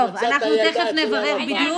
טוב, אנחנו תיכף נברר בדיוק.